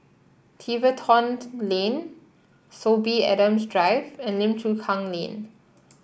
Tiverton Lane Sorby Adams Drive and Lim Chu Kang Lane